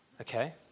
Okay